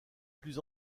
plus